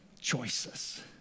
Choices